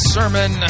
Sermon